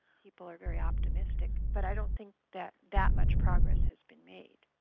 people are very optimistic, but i don't think that that much progress has been made.